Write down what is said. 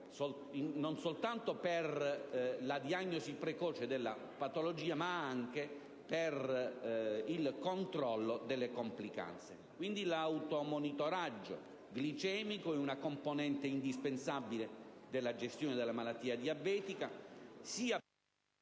non soltanto per la diagnosi precoce della patologia stessa ma anche per il controllo delle complicanze. L'automonitoraggio glicemico è pertanto una componente indispensabile della gestione della malattia diabetica sia per raggiungere gli obiettivi